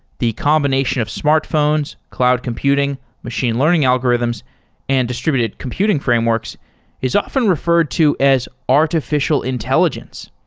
the combination of smartphones, cloud computing, machine learning algorithms and distributed computing frameworks is often referred to as artificial intelligence.